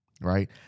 right